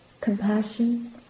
compassion